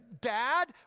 Dad